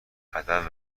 ادب